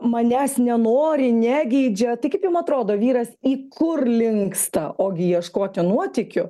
manęs nenori negeidžia tai kaip jum atrodo vyras į kur linksta ogi ieškoti nuotykių